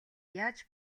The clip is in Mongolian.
яаж